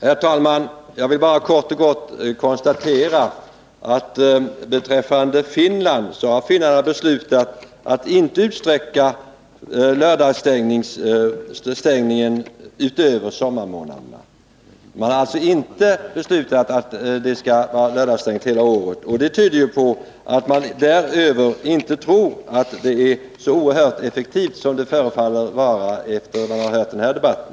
Herr talman! Jag vill bara kort och gott konstatera beträffande Finland att finnarna har beslutat att inte utsträcka lördagsstängningen utöver sommarmånaderna. Man har alltså inte beslutat att lördagsstängning skall tillämpas under hela året. Det tyder på att man där inte tror att åtgärden är så oerhört effektiv som den förefaller att vara sedan man hört den här debatten.